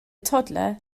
toddler